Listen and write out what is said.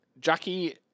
Jackie